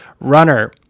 runner